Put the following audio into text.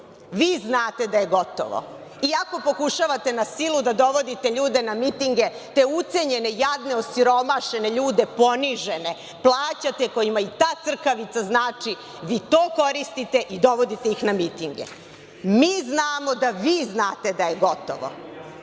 znate da je gotovo, iako pokušavate na silu da dovodite ljude na mitinge. Te ucenjene, jadne, osiromašene ljude, ponižene plaćate, kojima i ta crkavica znači. Vi to koristite i dovodite ih na mitinge. Mi znamo da vi znate da je gotovo.11/2